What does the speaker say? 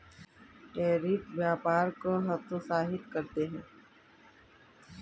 tariff व्यापार को हतोत्साहित करते हैं